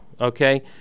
okay